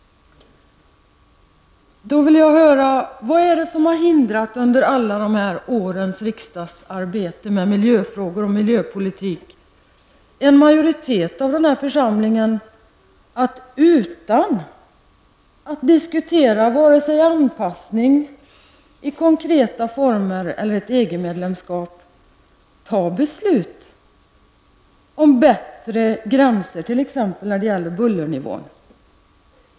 Jag vill då höra: Vad är det som under alla de här årens riksdagsarbete med miljöfrågor och miljöpolitik har hindrat en majoritet av den här församlingen att, utan att diskutera vare sig anpassning i konkreta former eller ett EG-medlemskap, fatta beslut om bättre gränsvärden t.ex. när det gäller bullernivån?